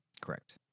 Correct